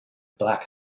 black